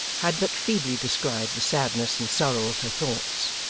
had but feebly described the sadness and sorrow of her thoughts,